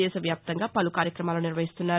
దేశ వ్యాప్తంగా పలు కార్యక్రమాలు నిర్వహిస్తున్నారు